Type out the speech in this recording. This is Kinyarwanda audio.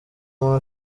muntu